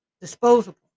disposable